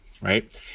right